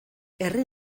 herri